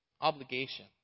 obligation